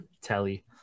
telly